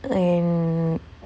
and